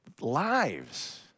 lives